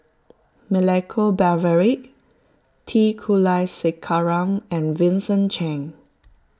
Milenko Prvacki T Kulasekaram and Vincent Cheng